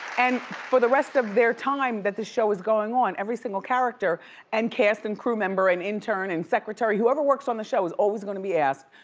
for the rest of their time that the show is going on every single character and cast and crew member, and intern and secretary, whoever works on the show is always gonna be asked,